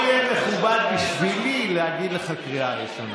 זה לא יהיה מכובד בשבילי להגיד לך קריאה ראשונה,